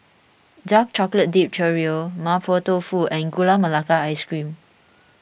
Dark Chocolate Dipped Churro Mapo Tofu and Gula Melaka Ice Cream